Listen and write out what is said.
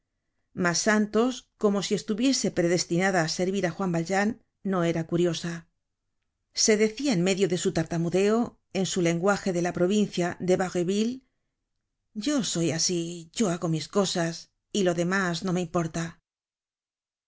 mas santos como si estuviese predestinada á servir á juan valjean no era curiosa se decia en medio de su tartamudeo en su lenguaje de la provincia de barueville yo soy asi yo hago mis cosas y lo demás no me importa